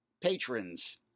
patrons